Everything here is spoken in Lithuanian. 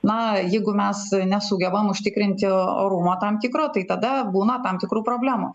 na jeigu mes nesugebam užtikrinti orumo tam tikro tai tada būna tam tikrų problemų